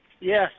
Yes